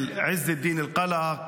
של עז א-דין אל-קאלאק,